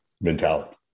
mentality